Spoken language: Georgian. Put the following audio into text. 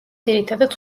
ძირითადად